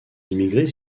immigrés